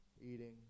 eating